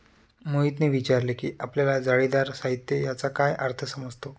मोहितने विचारले की आपल्याला जाळीदार साहित्य याचा काय अर्थ समजतो?